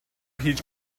هیچ